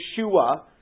Yeshua